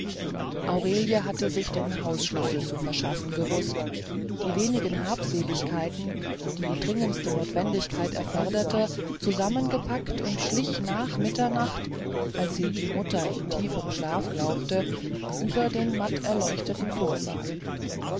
aurelie hatte sich den hausschlüssel zu verschaffen gewußt die wenigen habseligkeiten die dringendste notwendigkeit erforderte zusammengepackt und schlich nach mitternacht als sie die mutter in tiefem schlaf glaubte über den matt erleuchteten vorsaal